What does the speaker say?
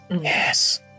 yes